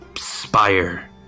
spire